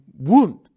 wound